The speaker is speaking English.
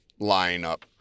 lineup